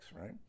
right